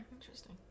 Interesting